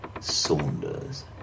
Saunders